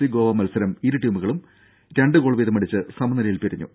C Goa മത്സരം ഇരു ടീമുകളും രണ്ട് ഗോൾ വീതം അടിച്ച് സമനിലയിൽ പിരിഞ്ഞു